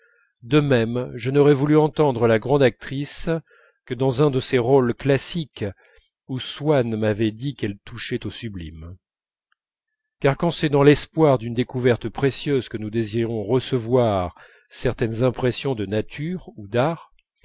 de même je n'aurais voulu entendre la grande actrice que dans un de ces rôles classiques où swann m'avait dit qu'elle touchait au sublime car quand c'est dans l'espoir d'une découverte précieuse que nous désirons recevoir certaines impressions de nature ou d'art